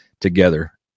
together